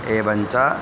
एवञ्च